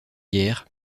guerre